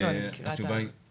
התשובה היא כן